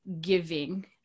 giving